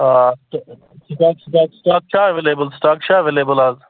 آ سٹاک چھا available stock چھا ایویلیبٕل اَز